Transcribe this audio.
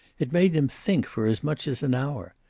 it made them think for as much as an hour.